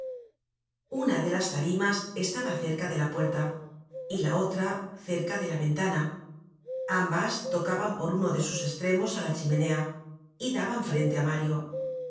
una de las tarimas estaba cerca de la puerta y la otra cerca de la ventana ambas tocaban por uno de sus estremos á la chimenea y daban frente á mario